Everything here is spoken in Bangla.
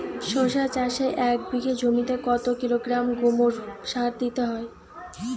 শশা চাষে এক বিঘে জমিতে কত কিলোগ্রাম গোমোর সার দিতে হয়?